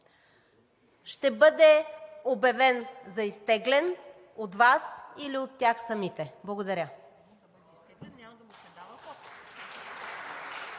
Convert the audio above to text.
ще бъде обявен за изтеглен от Вас или от тях самите. Благодаря.